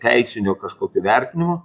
teisinio kažkokio vertinimo